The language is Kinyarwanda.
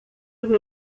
rwe